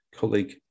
Colleague